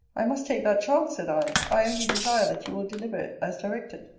i must take that chance, said i i only desire that you will deliver it as directed.